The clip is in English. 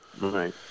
Right